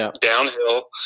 downhill